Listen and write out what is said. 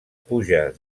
puja